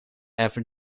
ever